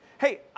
Hey